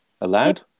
allowed